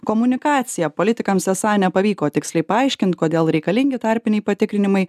komunikacija politikams esą nepavyko tiksliai paaiškint kodėl reikalingi tarpiniai patikrinimai